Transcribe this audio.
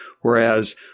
whereas